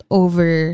over